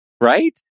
right